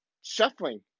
shuffling